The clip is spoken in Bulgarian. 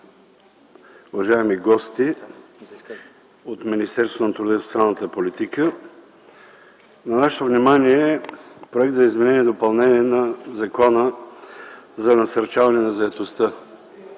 уважаеми гости от Министерството на труда и социалната политика! На нашето внимание е Законопроект за изменение и допълнение на Закона за насърчаване на заетостта.